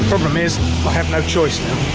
problem is, i have no choice now.